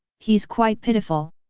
he's quite pitiful!